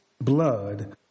blood